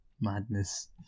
madness